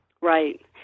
right